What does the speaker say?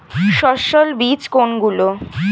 সস্যল বীজ কোনগুলো?